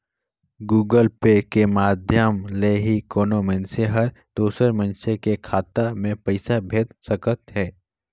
Google Pay के माधियम ले ही कोनो मइनसे हर दूसर मइनसे के खाता में पइसा भेज सकत हें